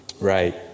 Right